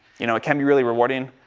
you know, it can be really rewarding.